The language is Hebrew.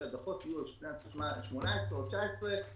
שהדוחות יהיו על סמך שנת 18' או 19',